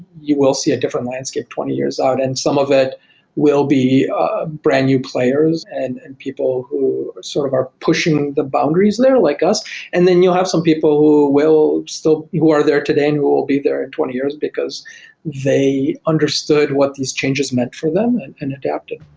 you will see a different landscape twenty years out and some of it will be ah brand new players. and and people who are sort of are pushing the boundaries there like us and then you'll have some people who so are there today and will will be there in twenty years because they understood what these changes meant for them and and adapted.